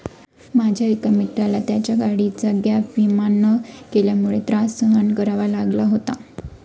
माझ्या एका मित्राला त्याच्या गाडीचा गॅप विमा न केल्यामुळे त्रास सहन करावा लागला होता